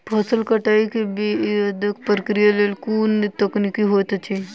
फसल कटाई केँ बादक प्रक्रिया लेल केँ कुन तकनीकी होइत अछि?